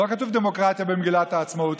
לא כתוב "דמוקרטיה" במגילת העצמאות,